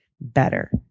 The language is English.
better